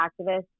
activists